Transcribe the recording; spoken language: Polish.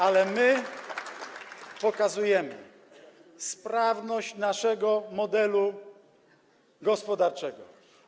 Ale my pokazujemy sprawność naszego modelu gospodarczego.